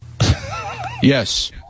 Yes